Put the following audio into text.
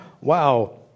wow